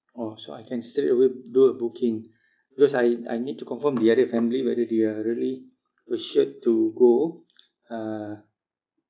orh so I can straight away do a booking because I I need to confirm the other family whether they are really assured to go uh